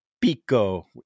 PICO